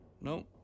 No